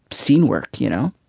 scene work. you know